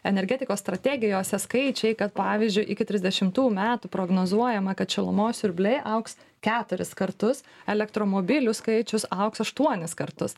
energetikos strategijose skaičiai kad pavyzdžiui iki trisdešimtų metų prognozuojama kad šilumos siurbliai augs keturis kartus elektromobilių skaičius augs aštuonis kartus